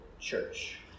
church